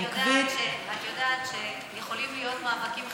אני יודעת שיכולים להיות מאבקים חברתיים,